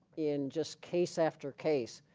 in just case after case